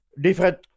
different